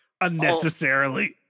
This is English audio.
unnecessarily